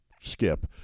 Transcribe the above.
Skip